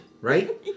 Right